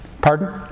Pardon